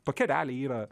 tokia realiai yra